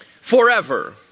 forever